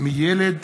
מילד